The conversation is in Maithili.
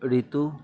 रीतु